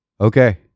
Okay